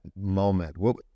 moment